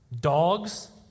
Dogs